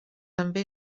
també